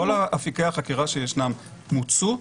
כל אפיקי החקירה שישנם מוצו,